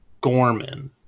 Gorman